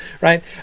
right